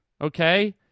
Okay